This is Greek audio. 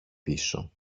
πίσω